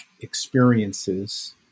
experiences